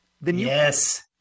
yes